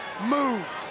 move